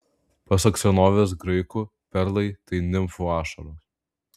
pasak senovės graikų perlai tai nimfų ašaros